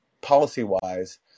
policy-wise